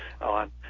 on